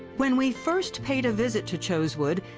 when we first paid a visit to chosewood,